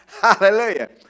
hallelujah